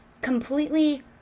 completely